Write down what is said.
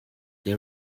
they